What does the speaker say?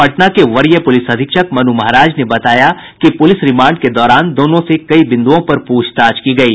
पटना के वरीय पुलिस अधीक्षक मनु महाराज ने बताया कि पुलिस रिमांड के दौरान दोनों से कई बिंदुओं पर प्रछताछ की गयी